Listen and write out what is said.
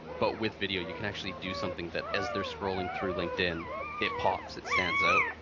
but with video you can actually do something that as they're scrolling through linkedin it pops, it stands out.